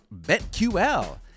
betql